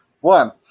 one